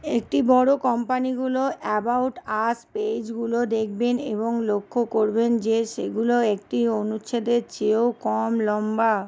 একটি বড়ো কম্পানিগুলো অ্যাবাউট আস পেইজগুলো দেখবেন এবং লক্ষ্য করবেন যে সেগুলো একটি অনুচ্ছেদের চেয়েও কম লম্বা